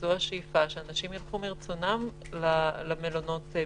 וזו השאיפה, שאנשים ילכו מרצונם למלונות בידוד,